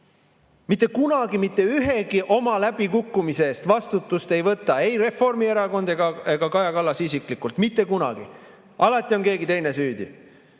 Mitte kunagi mitte ühegi oma läbikukkumise eest vastutust ei võta ei Reformierakond ega Kaja Kallas isiklikult. Mitte kunagi. Alati on keegi teine süüdi.